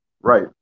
right